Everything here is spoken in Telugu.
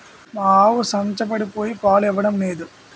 మా ఆవు సంచపడిపోయి పాలు ఇవ్వడం నేదు